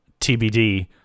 TBD